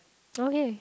okay